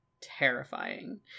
terrifying